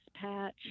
Patch